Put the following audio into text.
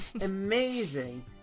amazing